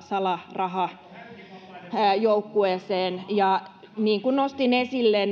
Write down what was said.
salarahajoukkueeseen ja niin kuin nostin esille